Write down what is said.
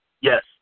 Yes